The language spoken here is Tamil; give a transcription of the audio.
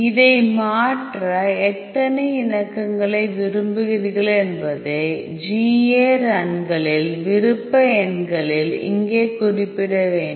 இதை மாற்ற எத்தனை இணக்கங்களை விரும்புகிறீர்கள் என்பதை GA ரன்களின் விருப்ப எண்களில் இங்கே குறிப்பிட வேண்டும்